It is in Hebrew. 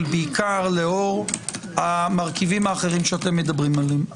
בעיקר לאור המרכיבים האחרים שאתם מדברים עליהם.